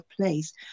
place